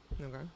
Okay